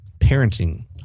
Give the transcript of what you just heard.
Parenting